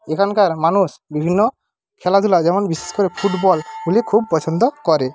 এখানকার মানুষ বিভিন্ন খেলাধুলা যেমন বিশেষ করে ফুটবল পছন্দ করে